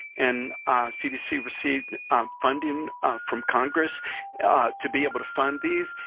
and cdc received funding from congress to be able to fund these.